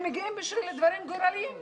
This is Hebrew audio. הם מגיעים בשביל דברים גורליים שלהם.